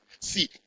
See